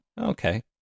Okay